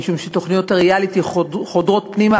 משום שתוכניות הריאליטי חודרות פנימה,